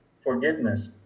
forgiveness